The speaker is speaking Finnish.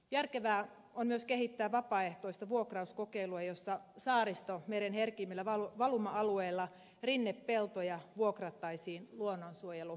järkevää on myös kehittää vapaaehtoista vuokrauskokeilua jossa saaristomeren herkimmillä valuma alueilla rinnepeltoja vuokrattaisiin luonnonsuojelualueiksi